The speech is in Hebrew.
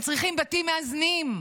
הם צריכים בתים מאזנים,